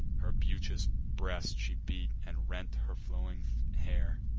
her beauteous breast she beat, and rent her flowing hair.